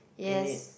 in it